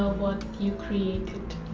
ah what you created.